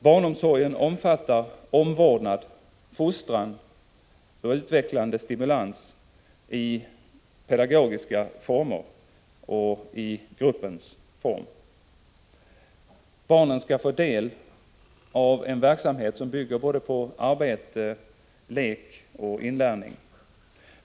Barnomsorgen omfattar omvårdnad, fostran, utveckling och stimulans i pedagogiska former i grupp. Barnen skall få del av en verksamhet som bygger på arbete, lek och inlärning.